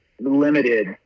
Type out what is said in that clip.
limited